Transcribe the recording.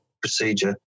procedure